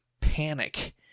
panic